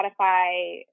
Spotify